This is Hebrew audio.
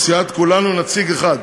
לסיעת כולנו, נציג אחד,